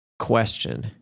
question